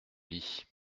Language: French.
lit